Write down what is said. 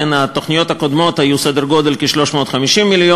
התוכניות הקודמות היו בסדר גודל של כ-350 מיליון,